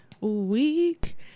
week